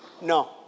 No